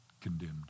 condemned